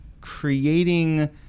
creating